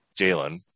Jalen